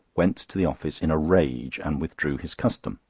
went to the office in a rage, and withdrew his custom.